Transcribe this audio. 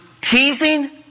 teasing